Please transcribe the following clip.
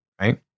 right